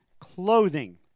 clothing